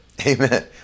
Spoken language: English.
Amen